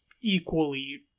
equally